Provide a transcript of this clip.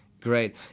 Great